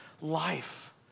life